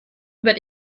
über